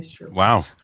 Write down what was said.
Wow